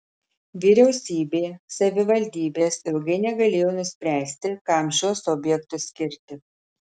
vyriausybė savivaldybės ilgai negalėjo nuspręsti kam šiuos objektus skirti